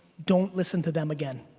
don't listen to them again.